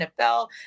NFL